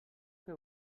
què